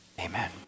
amen